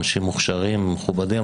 אנשים מוכשרים ומכובדים,